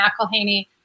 McElhaney